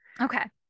Okay